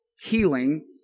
healing